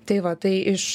tai va tai iš